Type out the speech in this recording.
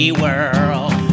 world